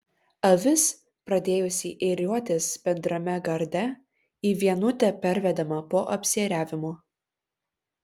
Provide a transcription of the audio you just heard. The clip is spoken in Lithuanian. avis pradėjusi ėriuotis bendrame garde į vienutę pervedama po apsiėriavimo